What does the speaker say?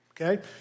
Okay